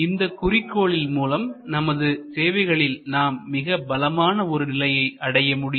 இந்த குறிக்கோளின் மூலம் நமது சேவைகளில் நாம் மிக பலமான ஒரு நிலையை அடைய முடியும்